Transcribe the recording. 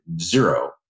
zero